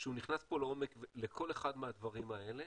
שהוא נכנס פה לעומק לכל אחד מהדברים האלה,